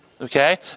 okay